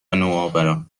نوآوران